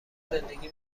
زندگی